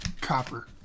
copper